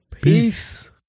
Peace